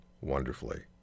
wonderfully